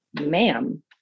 ma'am